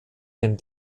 den